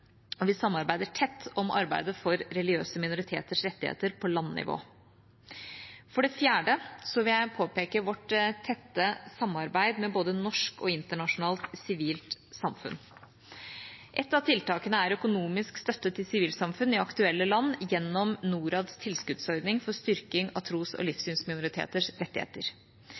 og vi samarbeider tett om arbeidet for religiøse minoriteters rettigheter på landnivå. For det fjerde vil jeg påpeke vårt tette samarbeid med både norsk og internasjonalt sivilt samfunn. Ett av tiltakene er økonomisk støtte til sivilsamfunn i aktuelle land gjennom Norads tilskuddsordning for styrking av tros- og livssynsminoriteters rettigheter.